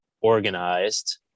organized